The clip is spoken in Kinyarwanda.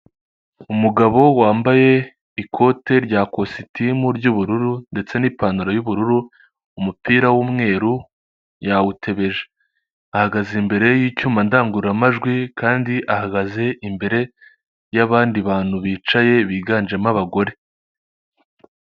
Umugabo wambaye ikote rya kositimu ry'ubururu ndetse n'ipantaro y'ubururu, umupira w'umweru yawutebeje, ahagaze imbere y'icyuma ndangururamajwi kandi ahagaze imbere y'abandi bantu bicaye biganjemo abagore.